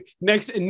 next